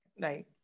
Right